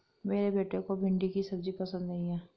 मेरे बेटे को भिंडी की सब्जी पसंद नहीं है